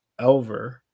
Elver